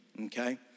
okay